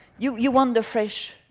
you you want the fresh,